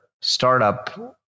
startup